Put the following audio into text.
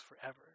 forever